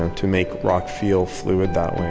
to make rock feel fluid that way